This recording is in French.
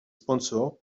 sponsors